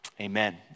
amen